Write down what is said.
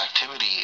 activity